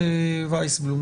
ויסבלום